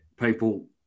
people